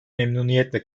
memnuniyetle